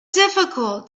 difficult